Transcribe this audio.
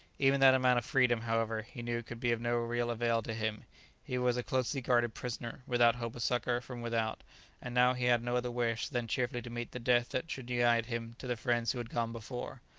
even that amount of freedom, however, he knew could be of no real avail to him he was a closely-guarded prisoner, without hope of succour from without and now he had no other wish than cheerfully to meet the death that should unite him to the friends who had gone before.